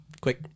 quick